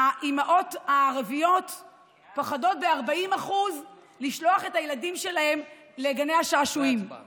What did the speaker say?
האימהות היהודיות פוחדות לשלוח את הילדים שלהן לגני השעשועים